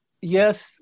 yes